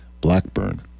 Blackburn